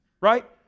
Right